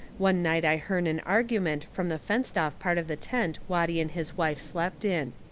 one night i hearn an argument from the fenced-off part of the tent watty and his wife slept in.